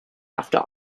after